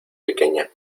pequeña